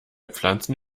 pflanzen